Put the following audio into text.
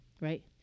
right